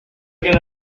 era